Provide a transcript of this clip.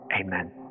amen